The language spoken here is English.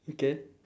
okay